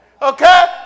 Okay